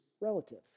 relative